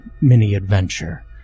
mini-adventure